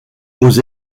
aux